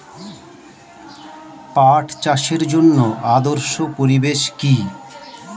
পাট চাষের জন্য আদর্শ পরিবেশ কি?